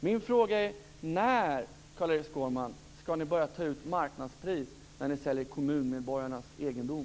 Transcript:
Min fråga är: När skall ni börja ta ut marknadspris när ni säljer kommunmedborgarnas egendom?